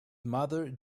mother